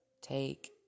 take